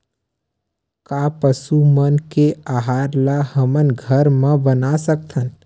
का पशु मन के आहार ला हमन घर मा बना सकथन?